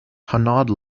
hanaud